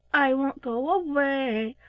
i won't go away!